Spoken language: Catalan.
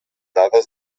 dades